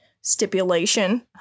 stipulation